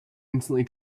instantly